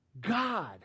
God